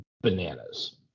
bananas